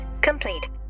complete